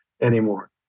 anymore